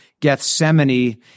Gethsemane